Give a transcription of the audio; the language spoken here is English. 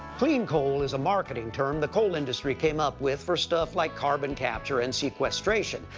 clean coal is a marketing term the coal industry came up with for stuff like carbon capture and sequestration,